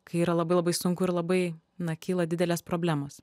kai yra labai labai sunku ir labai na kyla didelės problemos